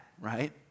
right